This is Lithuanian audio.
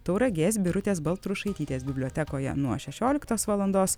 tauragės birutės baltrušaitytės bibliotekoje nuo šešioliktos valandos